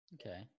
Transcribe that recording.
Okay